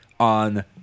on